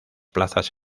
plazas